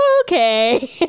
okay